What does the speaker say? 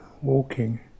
walking